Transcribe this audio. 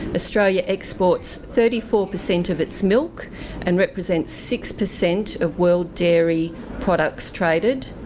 australia exports thirty four percent of its milk and represents six percent of world dairy products traded.